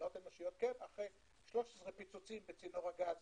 13 פיצוצים בצינור הגז